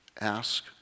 ask